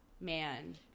man